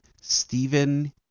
Stephen